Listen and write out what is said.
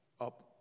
up